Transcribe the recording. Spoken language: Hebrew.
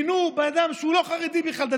ומינו אדם שהוא לא חרדי בכלל,